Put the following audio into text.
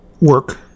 work